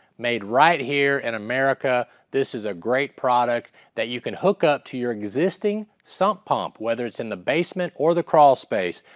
made right here in and america. this is a great product that you can hook up to your existing sump pump, whether it's in the basement or the crawlspace.